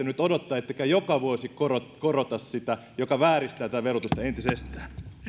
nyt odottaa ettekä joka vuosi korottaisi sitä se vääristää tätä verotusta entisestään